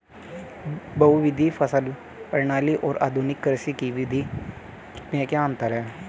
बहुविध फसल प्रणाली और आधुनिक कृषि की विधि में क्या अंतर है?